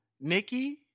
Nikki